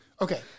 Okay